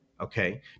okay